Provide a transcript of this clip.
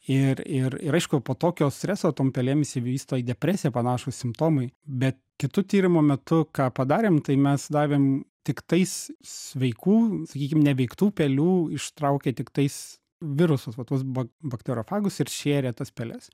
ir ir ir aišku po tokio streso tom pelėm išsivysto į depresiją panašūs simptomai bet kitu tyrimo metu ką padarėm tai mes davėm tiktais sveikų sakykim neveiktų pelių ištraukę tiktais virusus va tuos ba bakterofagus ir šėrė tas peles